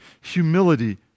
humility